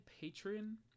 Patron